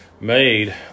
made